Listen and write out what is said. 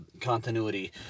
continuity